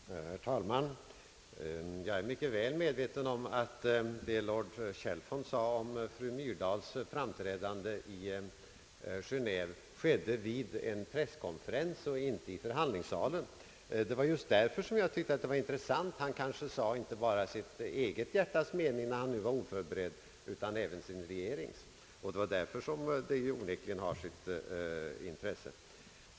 Herr talman! Jag är mycket väl medveten om att det som lord Chalfont sade om fru Myrdals framträdande i Geneve yttrades vid en pressintervju och inte i förhandlingssalen. Det var just därför jag fann uttalandet intressant — han sade kanske inte bara sitt eget hjärtas mening, när han nu var oförberedd, utan även sin regerings. Mot den bakgrunden har yttrandet onekligen sitt intresse.